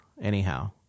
anyhow